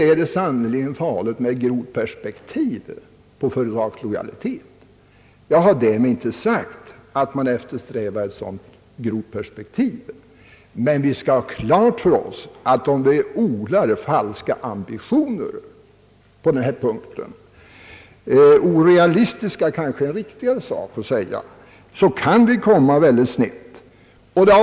Då är det sannerligen farligt att anlägga grodperspektiv på företagslojalitet. Jag har därmed inte gjort gällande att man eftersträvar ett sådant, men vi skall ha klart för oss att om vi har orealistiska ambitioner på denna punkt så kan vi komma väldigt snett.